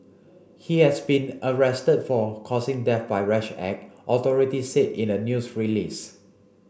he has been arrested for causing death by rash act authorities said in a news release